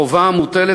חובה המוטלת